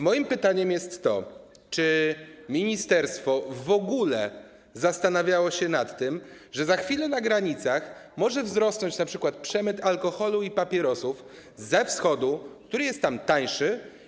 Mam pytanie, czy ministerstwo w ogóle zastanawiało się nad tym, że za chwilę na granicach może wzrosnąć np. przemyt alkoholu i papierosów ze Wschodu, które są tam tańsze.